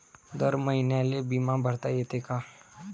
दर महिन्याले बिमा भरता येते का?